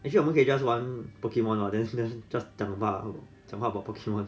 actually 我们可以 just 玩 pokemon lah then then just 讲 about 讲话 about pokemon